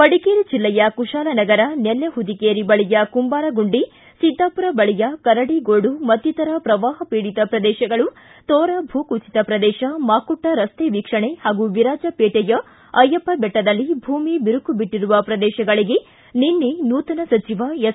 ಮಡಿಕೇರಿ ಜಿಲ್ಲೆಯ ಕುಶಾಲನಗರ ನೆಲ್ಯಹುದಿಕೇರಿ ಬಳಿಯ ಕುಂಬಾರಗುಂಡಿ ಸಿದ್ದಾಪುರ ಬಳಿಯ ಕರಡಿಗೋಡು ಮತ್ತಿತರ ಪ್ರವಾಪ ಪೀಡಿತ ಪ್ರದೇಶಗಳು ತೋರ ಭೂ ಕುಸಿತ ಪ್ರದೇಶ ಮಾಕುಟ್ಟ ರಸ್ತೆ ವೀಕ್ಷಣೆ ಹಾಗೂ ವಿರಾಜಪೇಟೆಯ ಅಯ್ಯಪ್ಪ ದೆಟ್ಟದಲ್ಲಿ ಭೂಮಿ ಬಿರುಕು ಬಿಟ್ಟರುವ ಪ್ರದೇಶಗಳಿಗೆ ನಿನ್ನೆ ನೂತನ ಸಚಿವ ಎಸ್